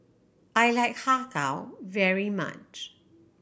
I like Har Kow very much